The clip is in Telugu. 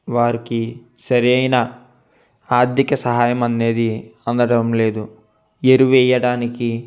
వారికి సరైన ఆర్థిక సహాయం అనేది అందడం లేదు ఎరువేయ్యడానికి